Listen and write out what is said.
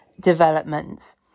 developments